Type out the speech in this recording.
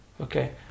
okay